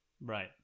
right